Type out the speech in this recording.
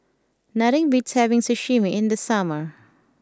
nothing beats having Sashimi in the summer